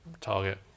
target